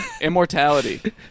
immortality